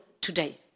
today